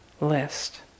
list